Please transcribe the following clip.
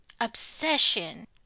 obsession